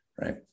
right